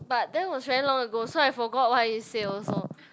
but that was very long ago so I forgot what he said also